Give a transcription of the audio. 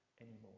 anymore